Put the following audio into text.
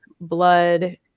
blood